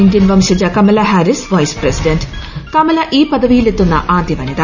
Indian വംശജ Kamala Harris vice president Kamala ഈ പദവിയിലെത്തുന്ന ആദൃ വനിത